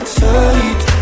tight